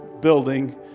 building